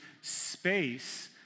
space